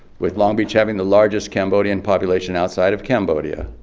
with long beach having the largest cambodian population outside of cambodia,